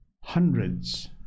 hundreds